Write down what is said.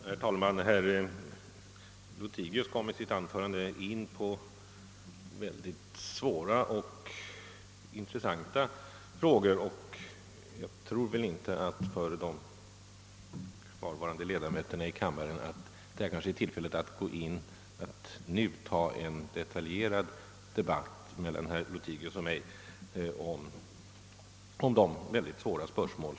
Herr talman! Herr Lothigius kom i sitt anförande in på mycket svåra och intressanta frågor, och jag tror inte att kammarens kvarvarande ledamöter anser detta vara det rätta tillfället att lyssna till en detaljerad debatt mellan herr Lothigius och mig om dessa svåra spörsmål.